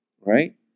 right